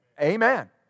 Amen